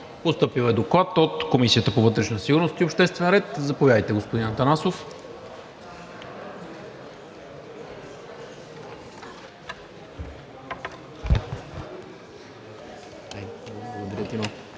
Постъпил е Доклад от Комисията по вътрешна сигурност и обществен ред. Заповядайте, господин Атанасов.